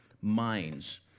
minds